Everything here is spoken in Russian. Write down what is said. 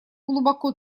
глубоко